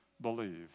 believe